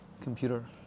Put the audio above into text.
computer